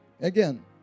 Again